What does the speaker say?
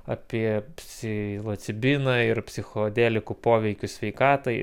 apie psilocibiną ir psichodelikų poveikius sveikatai